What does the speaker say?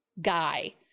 guy